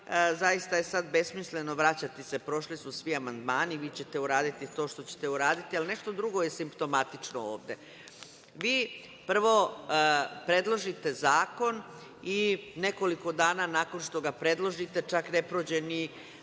zaista je sada besmisleno vraćati se. Prošli su svi amandmani. Vi ćete uraditi to što ćete uraditi. Ali nešto drugo je simptomatično ovde. Vi prvo predložite zakon i nekoliko dana nakon što ga predložite, čak ne prođe ni